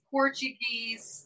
Portuguese